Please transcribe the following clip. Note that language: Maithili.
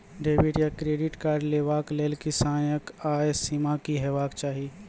डेबिट या क्रेडिट कार्ड लेवाक लेल किसानक आय सीमा की हेवाक चाही?